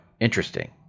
interesting